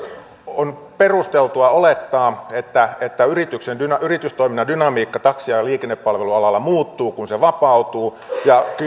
on perusteltua olettaa että että yritystoiminnan dynamiikka taksi ja liikennepalvelualalla muuttuu kun se vapautuu ja